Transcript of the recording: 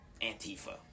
Antifa